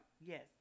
Yes